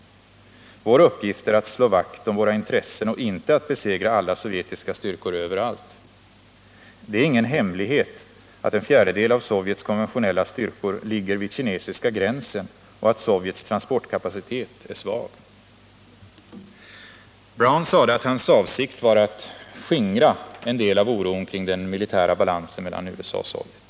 Vår uppgift är att slå vakt om våra intressen och inte att besegra alla sovjetiska styrkor överallt. —-—— Det är ingen hemlighet att en fjärdedel av Sovjets konventionella styrkor ligger vid kinesiska gränsen och att Sovjets transportkapacitet är svag.” Brown sade att hans avsikt var att skingra en del av oron i väst kring den militära balansen mellan USA och Sovjet.